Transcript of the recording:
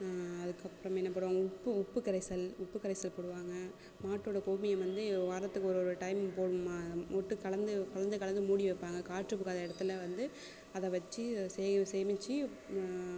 அதுக்கப்புறம் என்ன போடுவாங்க உப்பு உப்பு கரைசல் உப்பு கரைசல் போடுவாங்க மாட்டோட கோமியம் வந்து வாரத்துக்கு ஒரு ஒரு டைம் போடணுமா போட்டு கலந்து கலந்து கலந்து மூடி வைப்பாங்க காற்று புகாத இடத்துல வந்து அதை வைச்சி சேமித்து